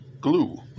glue